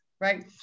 right